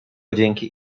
dzięki